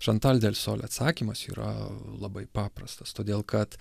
chantal delsol atsakymas yra labai paprastas todėl kad